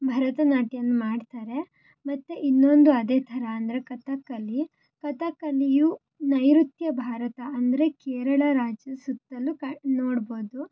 ಭರತನಾಟ್ಯಾನ ಮಾಡ್ತಾರೆ ಮತ್ತು ಇನ್ನೊಂದು ಅದೇ ಥರ ಅಂದರೆ ಕಥಕ್ಕಲಿ ಕಥಕ್ಕಲಿಯು ನೈರುತ್ಯ ಭಾರತ ಅಂದರೆ ಕೇರಳ ರಾಜ್ಯ ಸುತ್ತಲೂ ಕಣ್ಣು ನೋಡ್ಬೋದು